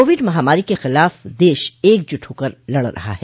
Covid महामारी के खिलाफ देश एकजुट होकर लड़ रहा है